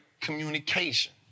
communication